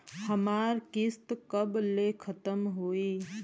हमार किस्त कब ले खतम होई?